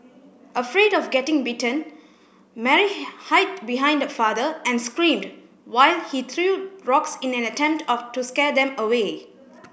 afraid of getting bitten Mary hide behind her father and screamed while he threw rocks in an attempt of to scare them away